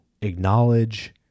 acknowledge